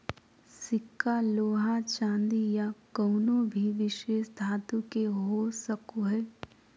सिक्का लोहा चांदी या कउनो भी विशेष धातु के हो सको हय